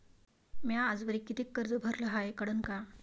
म्या आजवरी कितीक कर्ज भरलं हाय कळन का?